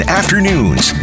afternoons